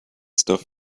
stuff